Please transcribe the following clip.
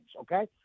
Okay